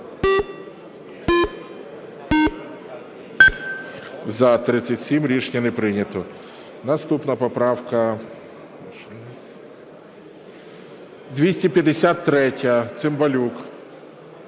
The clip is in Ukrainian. За-37 Рішення не прийнято. Наступна поправка 253, Цимбалюк.